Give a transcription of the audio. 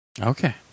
okay